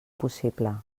possible